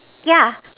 yeah